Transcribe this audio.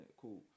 Cool